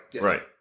Right